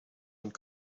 and